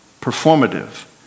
Performative